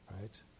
right